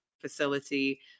facility